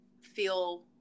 feel